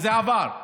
וזה עבר.